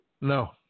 No